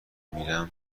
میرم